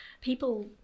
people